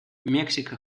мексика